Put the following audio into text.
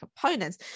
components